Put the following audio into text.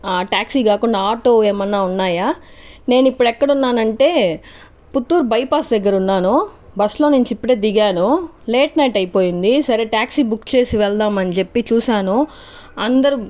taxi కాకున్నా auto ఏమైనా ఉన్నాయా నేనిప్పుడు ఎక్కడున్నానంటే పుత్తూరు బైపాస్ దగ్గర ఉన్నాను బస్సులో నుంచి ఇప్పుడే దిగాను లేట్ నైట్ అయిపోయింది సరే ట్యాక్సీ బుక్ చేసి వెళదాము అని చెప్పి చూసాను అందరు